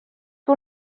que